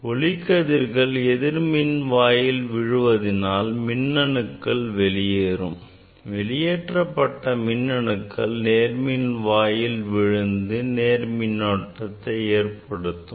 ஒளிக்கதிர்கள் எதிர்மின்வாயில் விழுவதினால் மின்னணுக்கள் வெளியேறும் விடுவிக்கப்பட்ட மின்னணுக்கள் நேர்மின் வாயில் விழுந்து நேர் மின்னோட்டத்தை ஏற்படுத்தும்